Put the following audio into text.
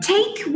Take